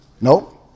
No